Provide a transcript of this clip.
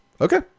Okay